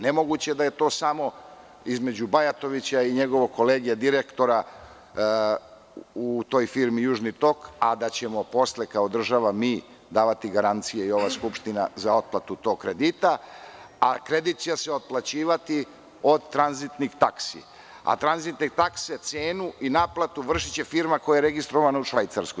Nemoguće je da je to samo između Bajatovića i njegovog kolege direktora u toj firmi „Južni tok“, a da ćemo posle kao država davati garancije za otplatu tog kredita, a kredit će se otplaćivati od tranzitnih taksi, a tranzitne takse, cenu i naplatu će vršiti firma koja je registrovana u Švajcarskoj.